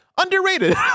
Underrated